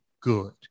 good